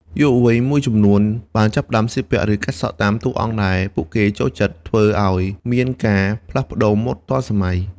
យុវវ័យមួយចំនួនបានចាប់ផ្តើមស្លៀកពាក់ ឬកាត់សក់តាមតួអង្គដែលពួកគេចូលចិត្តធ្វើឲ្យមានការផ្លាស់ប្តូរម៉ូដទាន់សម័យ។